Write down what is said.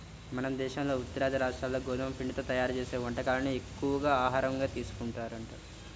మన దేశంలోని ఉత్తరాది రాష్ట్రాల్లో గోధుమ పిండితో తయ్యారు చేసే వంటకాలనే ఎక్కువగా ఆహారంగా తీసుకుంటారంట